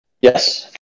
yes